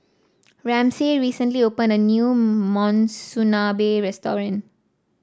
Ramsey recently opened a new Monsunabe restaurant